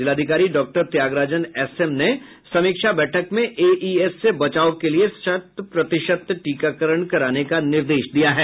जिलाधिकारी doctor Tyagarajan S M ने समीक्षा बैठक में एईएस से बचाव के लिए शत प्रतिशत टीकाकरण कराने का निर्देश दिया है